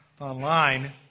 online